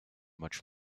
much